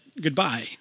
goodbye